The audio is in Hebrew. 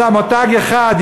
מותג אחד,